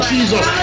Jesus